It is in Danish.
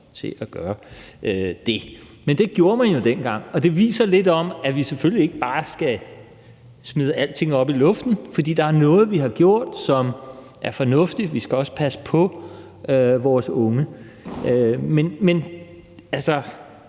til at gøre det. Men det gjorde man jo dengang, og det viser lidt om, at vi selvfølgelig ikke bare skal smide alting op i luften, for der er noget af det, vi har gjort, som er fornuftigt. Vi skal også passe på vores unge. Men altså,